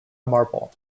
marble